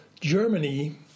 Germany